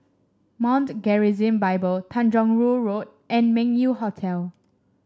Mount Gerizim Bible Tanjong Rhu Road and Meng Yew Hotel